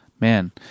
Man